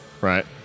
Right